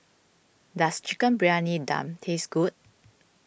does Chicken Briyani Dum taste good